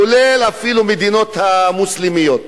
כולל המדינות המוסלמיות.